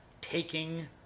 taking